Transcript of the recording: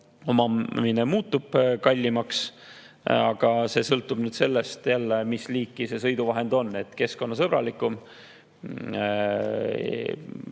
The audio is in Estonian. omamine muutub kallimaks, aga see sõltub sellest, mis liiki sõiduvahend on. Keskkonnasõbralikum